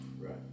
Right